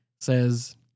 says